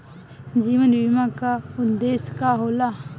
जीवन बीमा का उदेस्य का होला?